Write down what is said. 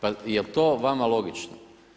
Pa jel to vama logično?